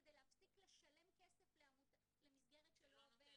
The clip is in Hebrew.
כדי להפסיק לשלם כסף למסגרת שלא עובדת.